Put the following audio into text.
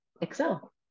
excel